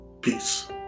peace